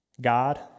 God